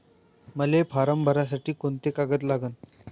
मले फारम भरासाठी कोंते कागद लागन?